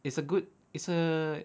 it's a good it's a